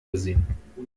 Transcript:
gesehen